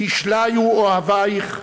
ישליו אהביך.